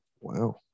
Wow